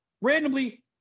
randomly